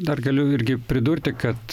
dar galiu irgi pridurti kad